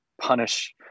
punish